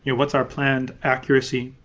yeah what's our planned accuracy?